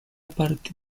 partir